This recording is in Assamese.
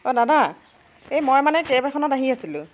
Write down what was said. অ' দাদা এ মই মানে কেব এখনত আহি আছিলোঁ